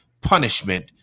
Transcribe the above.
punishment